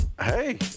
Hey